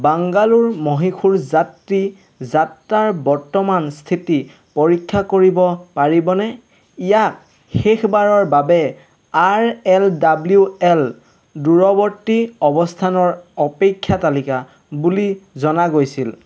বাংগালোৰ মহীশূৰ যাত্ৰী যাত্ৰাৰ বৰ্তমান স্থিতি পৰীক্ষা কৰিব পাৰিবনে ইয়াক শেষবাৰৰ বাবে আৰ এল ডব্লিউ এল দূৰৱৰ্তী অৱস্থানৰ অপেক্ষা তালিকা বুলি জনা গৈছিল